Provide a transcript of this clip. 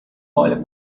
olha